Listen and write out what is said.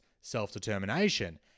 self-determination